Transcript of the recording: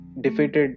defeated